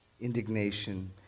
indignation